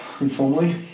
Informally